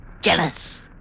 Jealous